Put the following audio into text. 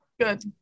Good